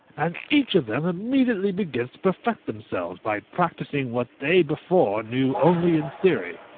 and each of them immediately begins to perfect themselves, by practising what they before knew only in theory.